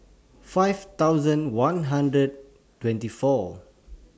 five thousand one hundred twenty four